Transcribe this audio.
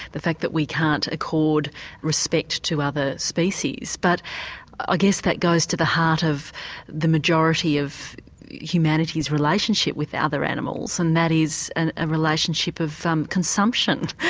the fact that we can't accord respect to other species. but i ah guess that goes to the heart of the majority of humanities' relationship with other animals and that is and a relationship of um consumption.